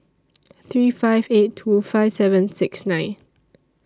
three five eight two five seven six nine